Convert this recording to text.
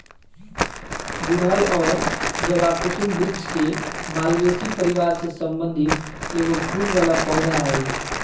गुड़हल और जवाकुसुम वृक्ष के मालवेसी परिवार से संबंधित एगो फूल वला पौधा हइ